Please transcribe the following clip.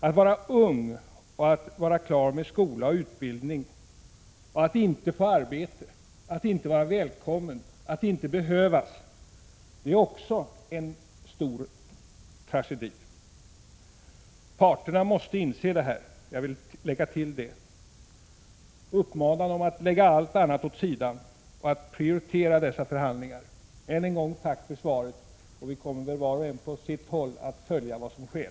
Att vara ung och vara klar med skola och utbildning och att inte få arbete, att inte vara välkommen, att inte behövas är också en stor tragedi. Parterna måste inse detta. Jag vill lägga till det. Uppmana dem att lägga allt annat åt sidan och prioritera dessa förhandlingar! Än en gång: Tack för svaret! Vi kommer väl var och en på sitt håll att följa vad som sker.